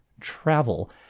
travel